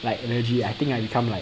like energy I think I become like